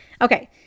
Okay